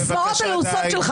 מזל, מזל שיעמידו אותך